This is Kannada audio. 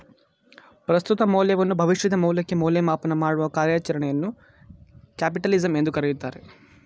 ಪ್ರಸ್ತುತ ಮೌಲ್ಯವನ್ನು ಭವಿಷ್ಯದ ಮೌಲ್ಯಕ್ಕೆ ಮೌಲ್ಯಮಾಪನ ಮಾಡುವ ಕಾರ್ಯಚರಣೆಯನ್ನು ಕ್ಯಾಪಿಟಲಿಸಂ ಎಂದು ಕರೆಯುತ್ತಾರೆ